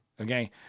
okay